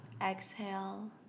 exhale